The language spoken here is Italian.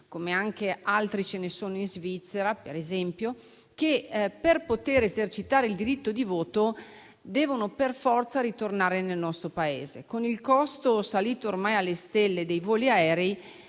come anche altri ce ne sono in Svizzera, che, per poter esercitare il diritto di voto, devono per forza ritornare nel nostro Paese. Con il costo salito ormai alle stelle dei voli aerei,